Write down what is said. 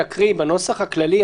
בנוסח הכללי,